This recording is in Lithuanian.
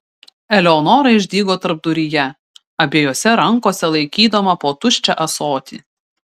eleonora išdygo tarpduryje abiejose rankose laikydama po tuščią ąsotį